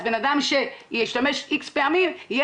אז בן אדם שישתמש איקס פעמים אז יהיה